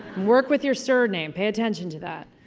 work with your surname. pay attention to that.